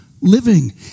living